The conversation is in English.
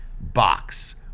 box